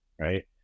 right